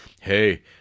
hey